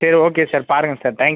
சரி okay sir பாருங்கள் sir thank you